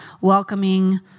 welcoming